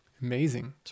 Amazing